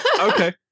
Okay